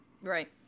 Right